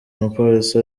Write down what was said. umupolisi